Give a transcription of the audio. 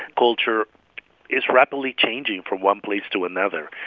culture is rapidly changing from one place to another.